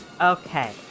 Okay